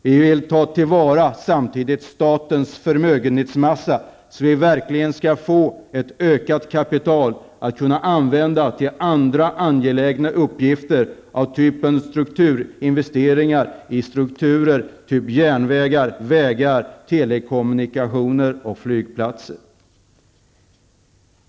Vi vill samtidigt ta till vara statens förmögenhetsmassa så att vi får ett ökat kapital att använda till andra angelägna uppgifter av typen strukturinvesteringar i järnvägar, vägar, telekommunikationer och flygplatser.